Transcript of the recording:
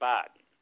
Biden